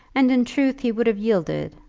and in truth he would have yielded,